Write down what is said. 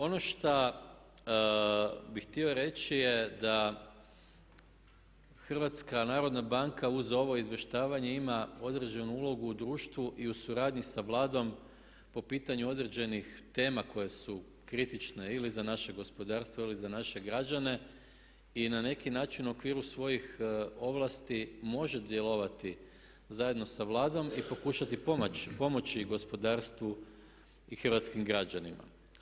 Ono šta bih htio reći je da Hrvatska narodna banka uz ovo izvještavanje ima određenu ulogu u društvu i u suradnji sa Vladom po pitanju određenih tema koje su kritične ili za naše gospodarstvo ili za naše građane i na neki način u okviru svojih ovlasti može djelovati zajedno sa Vladom i pokušati pomoći gospodarstvu i hrvatskim građanima.